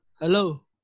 hello